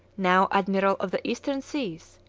now admiral of the eastern seas,